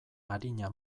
arina